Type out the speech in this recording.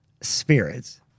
spirits